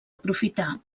aprofitar